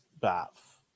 bath